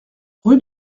rue